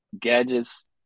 gadgets